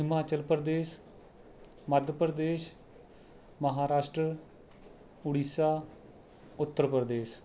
Himachal Pradesh Madhya Pradesh Maharashtra Orissa Uttar Pradesh